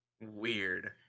Weird